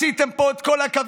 חציתם פה את כל הקווים.